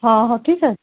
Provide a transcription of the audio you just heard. हा हा ठीक आहे